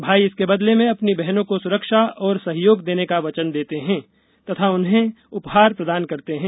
भाई इसके बदले में अपनी बहनों को सुरक्षा और सहयोग देने का वचन देते हैं तथा उन्हें उपहार प्रदान करते हैं